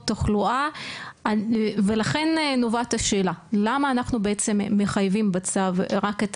תחלואה ולכן נובעת השאלה למה אנחנו בעצם מחייבים בצו רק את